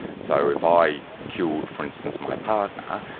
so if i killed, for instance, my partner,